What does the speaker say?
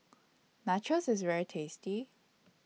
Nachos IS very tasty